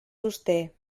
sosté